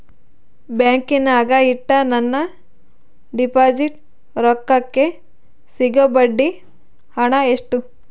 ಬ್ಯಾಂಕಿನಾಗ ಇಟ್ಟ ನನ್ನ ಡಿಪಾಸಿಟ್ ರೊಕ್ಕಕ್ಕೆ ಸಿಗೋ ಬಡ್ಡಿ ಹಣ ಎಷ್ಟು?